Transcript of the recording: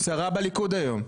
שרה בליכוד היום.